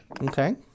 Okay